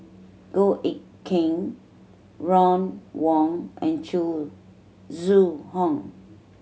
Goh Eck Kheng Ron Wong and Zhu Zhu Hong